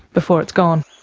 before it's gone?